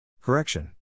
Correction